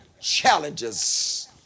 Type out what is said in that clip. challenges